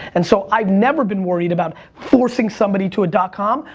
and so i've never been worried about forcing somebody to a dot com,